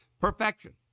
perfection